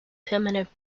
permanent